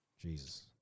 Jesus